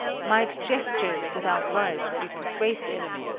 might gestures without words be persuasive?